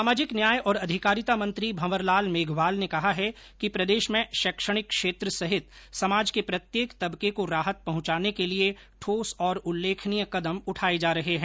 सामाजिक न्याय और अधिकारिता मंत्री भंवरलाल मेघवाल ने कहा है कि प्रदेश में शैक्षणिक क्षेत्र सहित समाज के प्रत्येक तबके को राहत पहुंचाने के लिए ठोस और उल्लेखनीय कदम उठाए जा रहे है